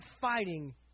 fighting